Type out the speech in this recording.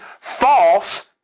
false